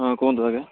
ହଁ କହନ୍ତୁ ଆଜ୍ଞା